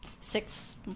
six